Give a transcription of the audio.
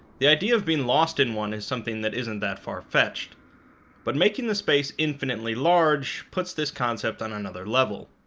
the idea of being lost in one is something that isn't that far-fetched but making the space infinitely large puts this concept on another level